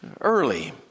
early